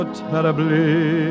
terribly